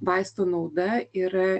vaistų nauda yra